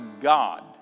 God